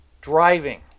driving